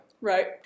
Right